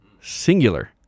singular